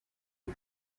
iwe